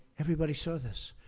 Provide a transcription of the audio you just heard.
everybody saw this,